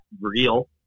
real